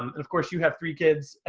um and of course, you have three kids.